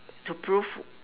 to prove